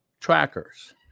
trackers